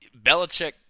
Belichick